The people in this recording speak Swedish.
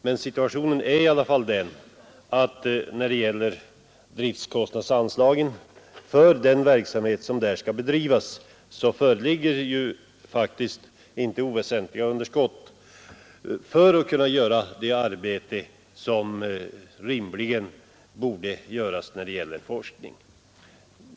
Men när det gäller driftkostnadsanslagen för den verksamhet som där skall bedrivas uppkommer faktiskt inte oväsentliga underskott, om man skall göra det forskningsarbete som rimligen borde göras.